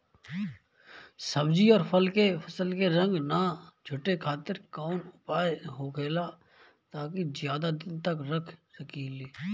सब्जी और फल के फसल के रंग न छुटे खातिर काउन उपाय होखेला ताकि ज्यादा दिन तक रख सकिले?